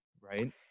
right